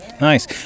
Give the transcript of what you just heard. nice